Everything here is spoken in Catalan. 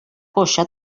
coixa